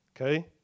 Okay